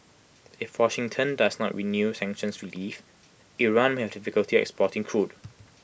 if Washington does not renew sanctions relief Iran may have difficulty exporting crude